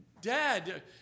Dad